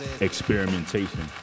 experimentation